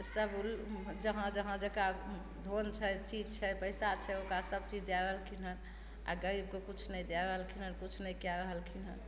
सब जहाँ जहाँ जकरा धन छै चीज छै पैसा छै ओकरा सब चीज दए रहलखिन हन आओर गरीबके किछु नहि दए रहलखिन हन किछु नहि कए रहलखिन हन